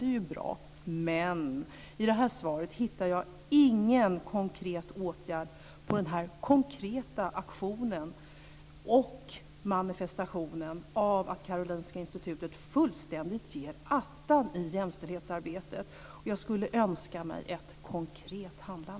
Det är ju bra, men i det här svaret hittar jag ingen konkret åtgärd när det gäller den här konkreta aktionen och manifestationen av att Karolinska institutet fullständigt ger attan i jämställdhetsarbetet. Och jag skulle önska mig ett konkret handlande.